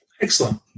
Excellent